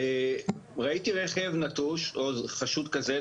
ראיתי רכב נטוש או רכב חשוד ככזה,